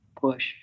push